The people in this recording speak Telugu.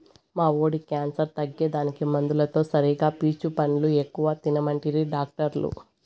మా వోడి క్యాన్సర్ తగ్గేదానికి మందులతో సరిగా పీచు పండ్లు ఎక్కువ తినమంటిరి డాక్టర్లు